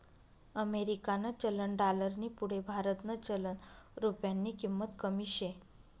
अमेरिकानं चलन डालरनी पुढे भारतनं चलन रुप्यानी किंमत कमी शे